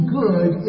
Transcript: good